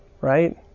right